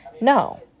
No